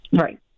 right